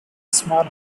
small